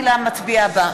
בעד אורי מקלב,